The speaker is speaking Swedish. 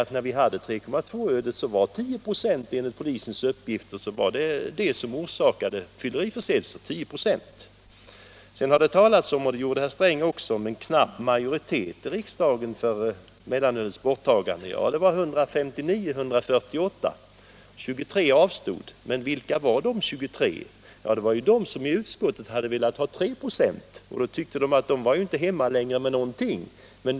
Ja, när vi hade 3,2 ?6-ölet var det enligt polisens uppgifter det ölet som orsakade 10 926 av fylleriförseelserna. Både herr Sträng och andra talare här har sagt att det var en knapp majoritet i riksdagen för mellanölets borttagande. Ja, röstsiffrorna var 159 — 148. 23 avstod från att rösta. Men vilka var de 23? Det var de som i utskottet hade velat ha ett öl med en alkoholhalt på 3 96.